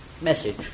message